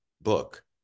book